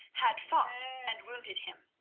had fought and wounded him.